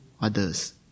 others